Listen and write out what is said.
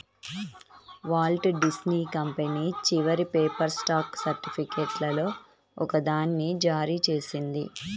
Walt Disney company చివరి paper stock సర్టిఫికేట్లలో ఒకదాన్ని జారీ చేసింది